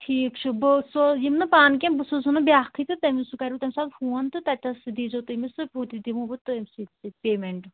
ٹھیٖک چھُ بہٕ سو یِم نہٕ پانہٕ کینٛہہ بہٕ سوزونو بیٛاکھٕے تہٕ تٔمۍ سُہ کَرِوٕ تَمہِ ساتہٕ فون تہٕ تَتٮ۪س سُہ دیٖزیو تٔمِس سُہ ہُہ تہِ دِمو بہٕ تٔمۍسٕے سُہ پیمٮ۪نٛٹ